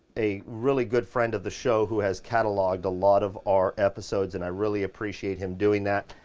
a really good friend of the show who has cataloged a lot of our episodes, and i really appreciate him doing that,